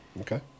Okay